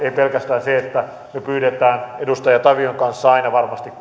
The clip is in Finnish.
ei pelkästään se että me pyydämme edustaja tavion kanssa aina varmasti